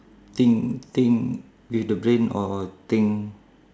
think think with the brain or thing